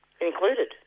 included